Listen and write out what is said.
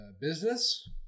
business